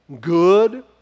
good